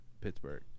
Pittsburgh